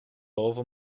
boven